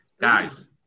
Guys